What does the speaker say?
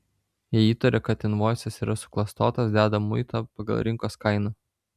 jei įtaria kad invoisas yra suklastotas deda muitą pagal rinkos kainą